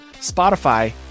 Spotify